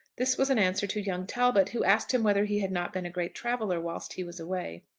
this was an answer to young talbot, who asked him whether he had not been a great traveller whilst he was away.